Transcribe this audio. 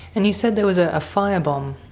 and you said there was a ah firebomb?